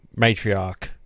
matriarch